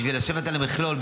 בשביל לשבת על המכלול,